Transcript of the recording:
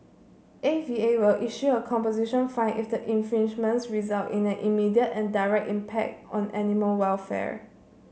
A V A will issue a composition fine if the infringements result in an immediate and direct impact on animal welfare